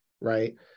right